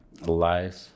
life